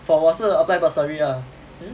for 我是 apply bursary lah